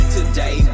Today